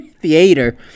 theater